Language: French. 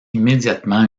immédiatement